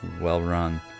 well-run